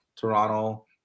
Toronto